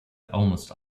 almost